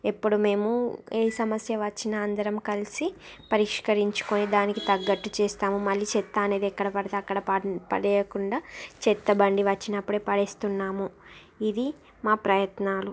ఇపుడు మేము ఏ సమస్య వచ్చిన అందరం కలిసి పరిష్కరించుకోని దానికి తగ్గట్టు చేస్తాము మళ్ళీ చెత్త అనేది ఎక్కడపడితే అక్కడ పడి పడి వేయకుండా చెత్తబండి వచ్చినప్పుడే పడివేస్తున్నాము ఇది మా ప్రయత్నాలు